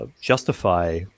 justify